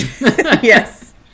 Yes